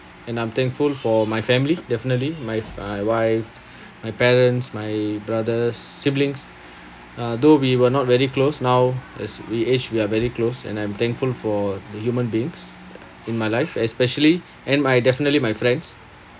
and I'm thankful for my family definitely my my wife my parents my brother siblings uh though we were not very close now as we age we are very close and I'm thankful for the human beings in my life especially and my definitely my friends